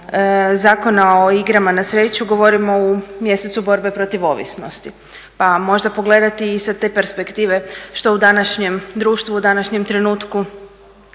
Zakona o o igrama na sreću govorimo u mjesecu borbe protiv ovisnosti. Pa možda pogledati i sa te perspektive što u današnjem društvu, u današnjem trenutku